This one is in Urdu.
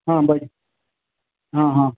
ہاں وہی ہاں ہاں